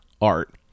art